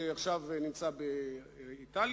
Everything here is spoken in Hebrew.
שעכשיו נמצא באיטליה,